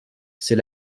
c’est